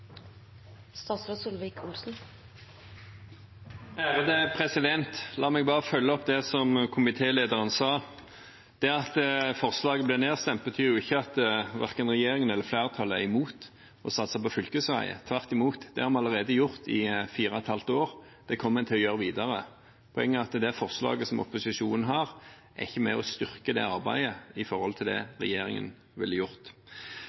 La meg bare følge opp det som komitélederen sa. Det at forslaget blir nedstemt, betyr jo ikke at regjeringen eller flertallet er imot å satse på fylkesveier. Tvert imot, det har vi allerede gjort i fire og et halvt år, og det kommer en til å gjøre videre. Poenget er at det forslaget som opposisjonen har, ikke er med og styrker det arbeidet i forhold til det regjeringen ville gjort.